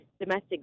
domestic